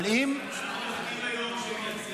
אבל אם ------ ראש הממשלה.